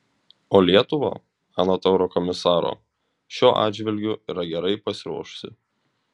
o lietuva anot eurokomisaro šiuo atžvilgiu yra gerai pasiruošusi